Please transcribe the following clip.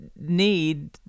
need